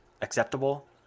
acceptable